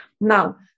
Now